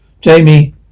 Jamie